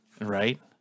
Right